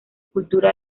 cultura